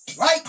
right